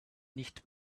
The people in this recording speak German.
nicht